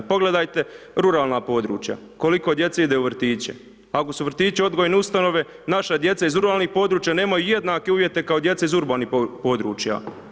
Pogledajte ruralna područja, koliko djece ide u vrtiće, ako su vrtići odgojeni u ustanove, naša djeca iz ruralnog područja nemaju jednake uvjete kao djece iz urbanih područja.